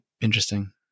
interesting